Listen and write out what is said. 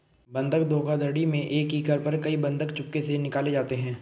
बंधक धोखाधड़ी में एक ही घर पर कई बंधक चुपके से निकाले जाते हैं